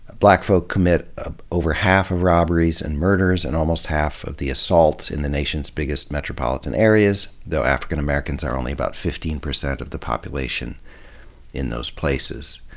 black folk commit over half of robberies and murders and almost half of the assaults in the nation's biggest metropolitan areas, though african-americans are only about fifteen percent of the population in those places.